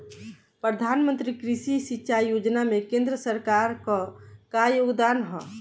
प्रधानमंत्री कृषि सिंचाई योजना में केंद्र सरकार क का योगदान ह?